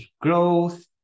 growth